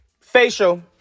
Facial